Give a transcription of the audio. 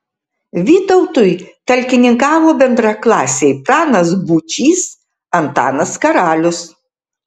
vytautui talkininkavo bendraklasiai pranas būčys antanas karalius